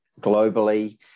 globally